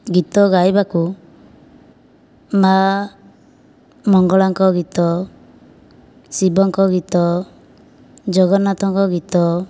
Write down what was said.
ଗୀତ ଗାଇବାକୁ ମା' ମଙ୍ଗଳା ଙ୍କ ଗୀତ ଶିବ ଙ୍କ ଗୀତ ଜଗନ୍ନାଥ ଙ୍କ ଗୀତ